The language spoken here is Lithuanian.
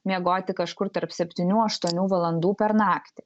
miegoti kažkur tarp septynių aštuonių valandų per naktį